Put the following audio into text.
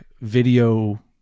video